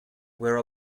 where